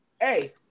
hey